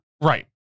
Right